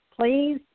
Please